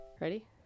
Ready